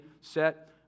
set